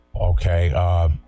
Okay